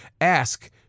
Ask